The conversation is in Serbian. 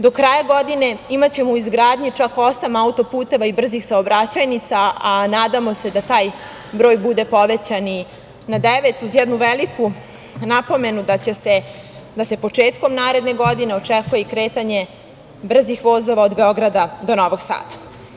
Do kraja godine imaćemo u izgradnji čak osam autoputeva i brzih saobraćajnica, a nadamo se da taj broj bude povećan i na devet, uz jednu veliku napomenu da se početkom naredne godine očekuje i kretanje brzih vozova od Beograda do Novog Sada.